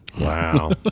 Wow